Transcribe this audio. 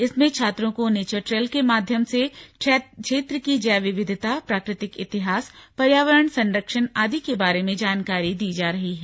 इसमें छात्रों को नेचर ट्रेल के माध्यम से क्षेत्र की जैव विविधता प्राकृतिक इतिहास पर्यावरण संरक्षण आदि के बारे में जानकारी दी जा रही है